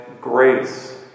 grace